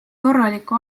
korraliku